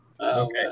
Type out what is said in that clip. Okay